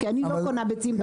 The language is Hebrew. כי אני לא קונה ביצים.